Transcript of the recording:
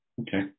Okay